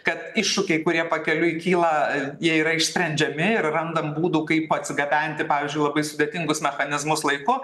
kad iššūkiai kurie pakeliui kyla jie yra išsprendžiami ir randam būdų kaip atsigabenti pavyzdžiui labai sudėtingus mechanizmus laiku